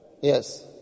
Yes